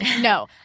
No